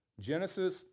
Genesis